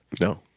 No